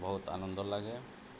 ବହୁତ ଆନନ୍ଦ ଲାଗେ